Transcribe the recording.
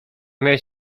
miałeś